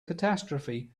catastrophe